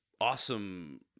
awesome